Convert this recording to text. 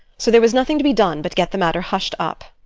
so there was nothing to be done but to get the matter hushed up.